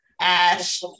Ash